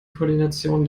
koordination